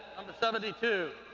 number seventy two,